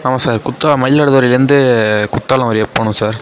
ஆமாம் சார் குற்றாலம் மயிலாடுதுறைலேருந்து குற்றாலம் வரையும் போகணும் சார்